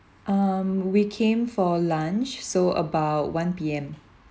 um we came for lunch so about one P_M